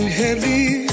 heavy